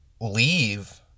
leave